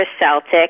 Celtic